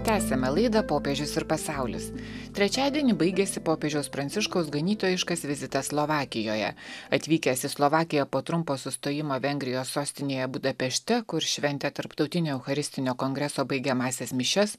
tęsiame laidą popiežius ir pasaulis trečiadienį baigėsi popiežiaus pranciškaus ganytojiškas vizitas slovakijoje atvykęs į slovakiją po trumpo sustojimo vengrijos sostinėje budapešte kur šventė tarptautinio eucharistinio kongreso baigiamąsias mišias